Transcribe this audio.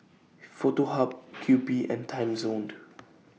Foto Hub Kewpie and Timezone